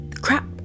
crap